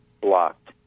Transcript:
blocked